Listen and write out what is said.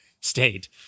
state